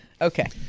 Okay